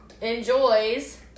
enjoys